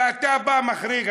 ואתה בא מחריג,